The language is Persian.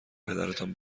پدرتان